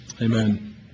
Amen